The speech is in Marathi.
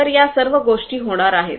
तर या सर्व गोष्टी होणार आहेत